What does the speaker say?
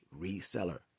reseller